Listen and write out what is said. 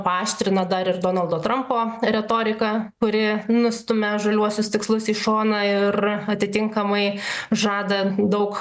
paaštrina dar ir donaldo trampo retorika kuri nustumia žaliuosius tikslus į šoną ir atitinkamai žada daug